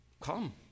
Come